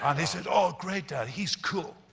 ah they said, oh, great, dad. he's cool.